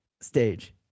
Stage